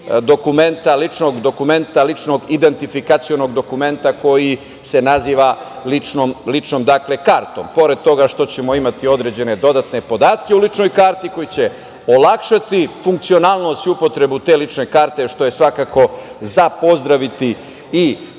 dokumenta, ličnog dokumenta, ličnog identifikacionog dokumenta koji se naziva ličnom kartom. Pored toga što ćemo imati određene dodatne podatke u ličnoj karti koji će olakšati funkcionalnost i upotrebu te lične karte, što je svakako za pozdraviti i